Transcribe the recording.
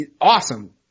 awesome